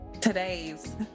today's